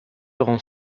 rend